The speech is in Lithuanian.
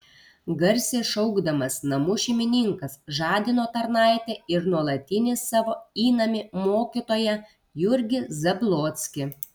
garsiai šaukdamas namų šeimininkas žadino tarnaitę ir nuolatinį savo įnamį mokytoją jurgį zablockį